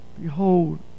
behold